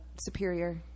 Superior